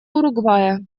уругвая